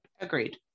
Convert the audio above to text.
Agreed